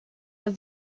are